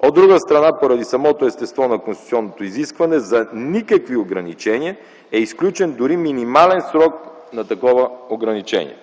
От друга страна, поради самото естество на конституционното изискване за никакви ограничения е изключен дори минимален срок на такова ограничение.